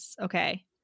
okay